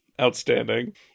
outstanding